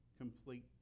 complete